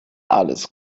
alles